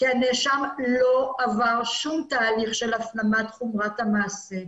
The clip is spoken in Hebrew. הנאשם לא עבר שום תהליך של הפנת חומרת המעשה.